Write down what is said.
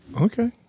Okay